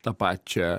tą pačią